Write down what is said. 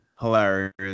hilarious